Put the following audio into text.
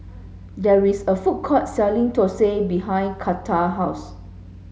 there is a food court selling Thosai behind Karter house